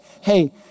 hey